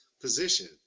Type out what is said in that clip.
position